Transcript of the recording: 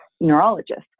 neurologist